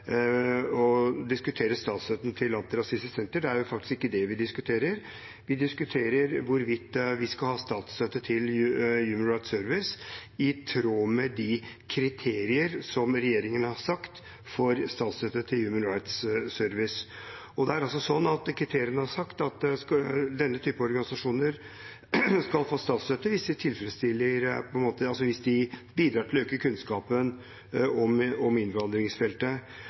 å diskutere statsstøtten til Antirasistisk Senter. Det er faktisk ikke det vi diskuterer. Vi diskuterer hvorvidt vi skal gi statsstøtte til Human Rights Service i tråd med de kriteriene som regjeringen har satt, og kriteriet som er satt, er at denne typen organisasjoner skal få statsstøtte hvis de bidrar til å øke kunnskapen om innvandringsfeltet. I replikkordskiftet ble, som vi hørte i stad, justisministeren utfordret på hvilken kunnskap om